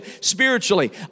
spiritually